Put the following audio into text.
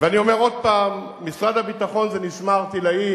אני אומר עוד פעם: משרד הביטחון זה נשמע ערטילאי,